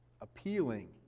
appealing